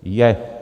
Je!